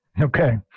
Okay